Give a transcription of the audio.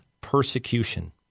persecution